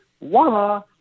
voila